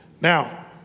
Now